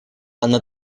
она